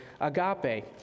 agape